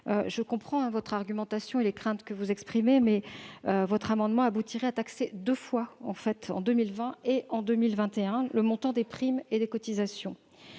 Je comprends votre argumentation et les craintes que vous exprimez. Toutefois, l'adoption de ces amendements aboutirait à taxer deux fois- en 2020 et en 2021 -le montant des primes et des cotisations.